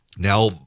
Now